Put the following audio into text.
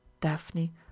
daphne